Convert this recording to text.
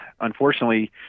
unfortunately